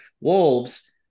Wolves